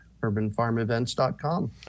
urbanfarmevents.com